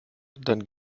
dann